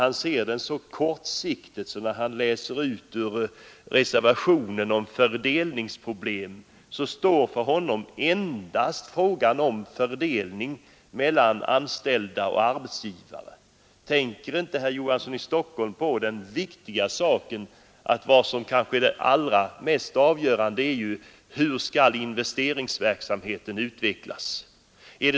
Han ser det så kortsiktigt, att han i reservationen bara läser in fördelningsproblem mellan anställda och arbetsgivare. Tänker inte herr Johansson i Stockholm på att det kanske mest avgörande är hur investeringsverksamheten utvecklas?